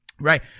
right